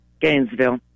Gainesville